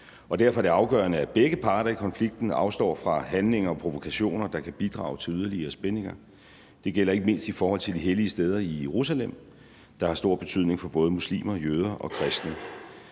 og derfor er det afgørende, at begge parter i konflikten afstår fra handlinger og provokationer, der kan bidrage til yderligere spændinger. Det gælder ikke mindst i forhold til de hellige steder i Jerusalem, der har stor betydning for både muslimer, jøder og kristne.